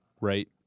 right